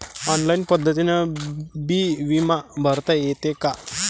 Online पद्धतीनं बी बिमा भरता येते का?